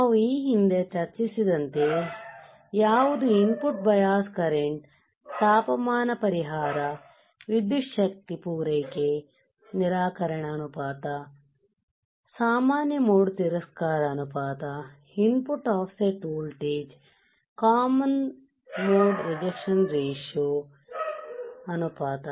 ನಾವು ಈ ಹಿಂದೆ ಚರ್ಚಿಸಿದಂತೆ ಯಾವುದು ಇನ್ ಪುಟ್ ಬಯಾಸ್ ಕರೆಂಟ್ ತಾಪಮಾನ ಪರಿಹಾರ ವಿದ್ಯುತ್ ಶಕ್ತಿ ಪೂರೈಕೆ ನಿರಾಕರಣೆ ಅನುಪಾತ ಸಾಮಾನ್ಯ ಮೋಡ್ ತಿರಸ್ಕಾರ ಅನುಪಾತ input offset voltage CMRR common mode ತಿರಸ್ಕಾರ ಅನುಪಾತ